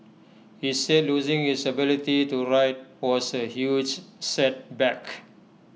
he said losing his ability to write was A huge setback